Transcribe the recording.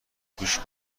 گوش